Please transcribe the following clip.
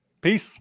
peace